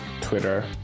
twitter